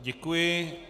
Děkuji.